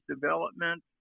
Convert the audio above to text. development